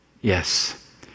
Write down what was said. yes